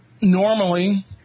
normally